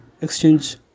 exchange